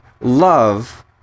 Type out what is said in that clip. love